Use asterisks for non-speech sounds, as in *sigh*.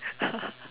*laughs*